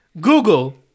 google